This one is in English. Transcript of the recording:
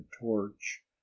torch